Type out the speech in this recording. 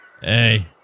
Hey